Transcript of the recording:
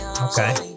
okay